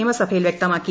നിയമസഭയിൽ വ്യക്തമാക്കി